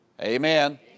Amen